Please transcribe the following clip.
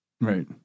right